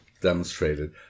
demonstrated